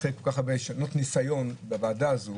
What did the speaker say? אחרי כל כך הרבה שנות ניסיון בוועדה הזו